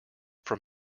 from